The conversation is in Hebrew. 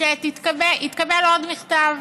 שיתקבל עוד מכתב